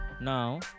now